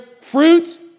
fruit